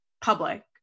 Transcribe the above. public